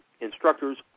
instructors